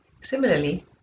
Similarly